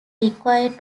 required